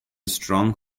strong